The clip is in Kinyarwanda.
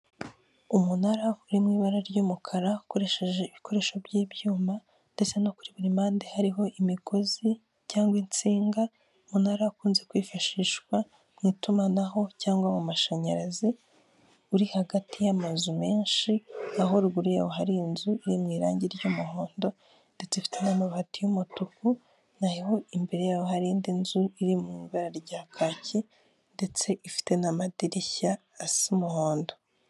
Umunara uri mu ibara ry'umukara ukoresheje ibikoresho by'ibyuma ndetse no kuri buri mpande hariho imigozi cyangwa insinga umunara akunze kwifashishwa mu itumanaho cyangwa mu amashanyarazi uri hagati y'amazu menshi aho ruguru yaho hari inzu iri mu irangi ry'umuhondo ndetse ifite n'amabati y'umutuku naho imbere yabo hari indi nzu iri mu ibara rya kaki ndetse ifite n'amadirishya asa umuhondo.